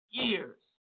years